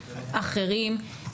אחרים,